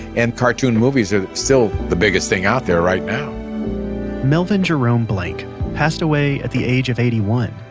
and cartoon movies are still the biggest thing out there right now melvin jerome blanc passed away at the age of eighty one,